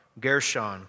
Gershon